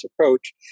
approach